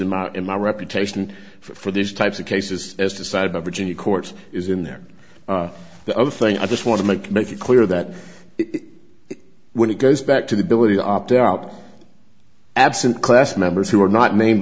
in my in my reputation for these types of cases as to side of virginia court is in there the other thing i just want to make make it clear that when it goes back to the ability to opt out absent class members who are not named